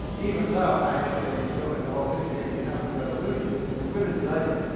even though, actually, if you look at the whole history of the industrial revolution, it was women's labour